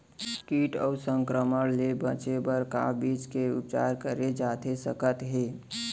किट अऊ संक्रमण ले बचे बर का बीज के उपचार करे जाथे सकत हे?